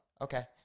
Okay